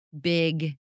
big